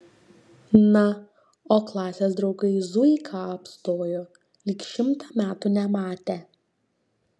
na o klasės draugai zuiką apstojo lyg šimtą metų nematę